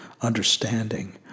understanding